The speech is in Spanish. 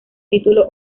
título